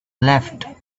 left